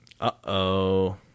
Uh-oh